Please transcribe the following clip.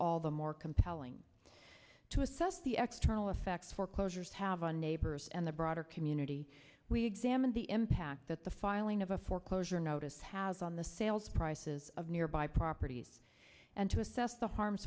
all the more compelling to assess the extra effect foreclosures have on neighbors and the broader community we examine the impact that the filing of a foreclosure notice has on the sales prices of nearby properties and to assess the harms